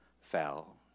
fell